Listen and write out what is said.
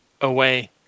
away